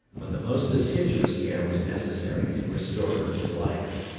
but the most assiduous care was necessary to restore her to life.